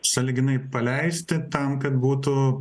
sąlyginai paleisti tam kad būtų